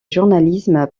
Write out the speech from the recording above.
journalisme